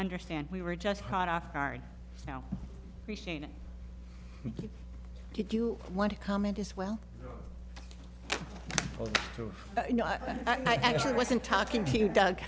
understand we were just caught off guard now did you want to comment as well i'm sure i wasn't talking to you doug